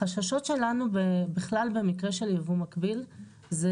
החששות שלנו ובכלל במקרה של יבוא מקביל זה